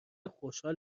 خوشحال